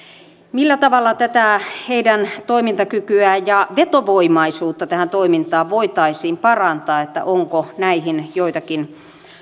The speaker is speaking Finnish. millä tavalla heidän toimintakykyään ja vetovoimaisuutta tähän toimintaan voitaisiin parantaa niin onko näihin joitakin